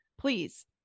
please